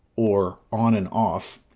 or on and off,